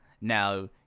now